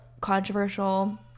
controversial